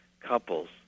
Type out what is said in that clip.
couples